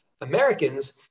Americans